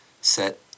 set